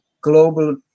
global